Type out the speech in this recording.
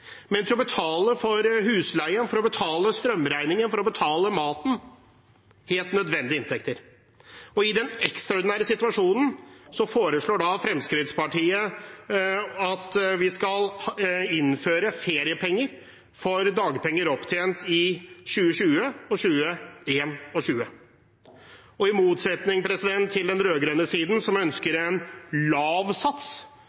men til å betale husleie, til å betale strømregningen og til å betale maten – helt nødvendige inntekter. I den helt ekstraordinære situasjonen foreslår Fremskrittspartiet at vi skal innføre feriepenger for dagpenger opptjent i 2020 og 2021. I motsetning til den rød-grønne siden, som